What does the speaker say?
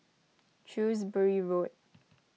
Shrewsbury Road